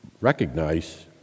recognize